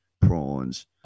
prawns